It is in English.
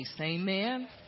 Amen